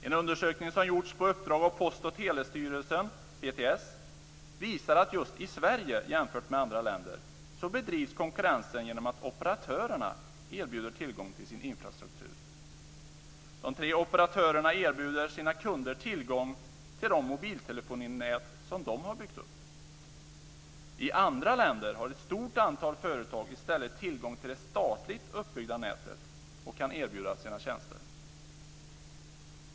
En undersökning som har gjorts på uppdrag av Sverige, till skillnad från i andra länder, bedrivs genom att operatörerna erbjuder tillgång till sin infrastruktur. De tre operatörerna erbjuder sina kunder tillgång till de mobiltelefoninät som de har byggt upp. I andra länder har ett stort antal företag i stället tillgång till det statligt uppbyggda nätet och kan erbjuda sina tjänster.